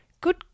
good